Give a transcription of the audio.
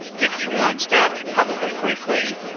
if you want staff can probably briefly